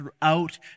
throughout